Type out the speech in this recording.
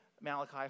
Malachi